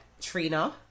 Trina